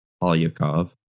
Polyakov